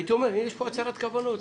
והייתי אומר יש פה הצהרת כוונות.